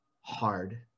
hard